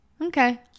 okay